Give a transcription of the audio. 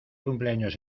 cumpleaños